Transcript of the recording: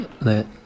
let